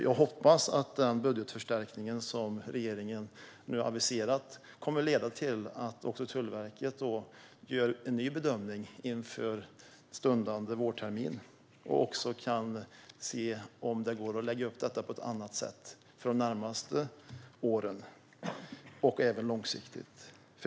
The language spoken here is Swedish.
Jag hoppas att budgetförstärkningen som regeringen nu aviserat kommer att leda till att Tullverket gör en ny bedömning inför stundande vårtermin och kan se om det går att lägga upp detta på ett annat sätt de närmaste åren och även långsiktigt.